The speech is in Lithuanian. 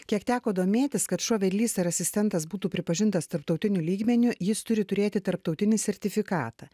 kiek teko domėtis kad šuo vedlys ar asistentas būtų pripažintas tarptautiniu lygmeniu jis turi turėti tarptautinį sertifikatą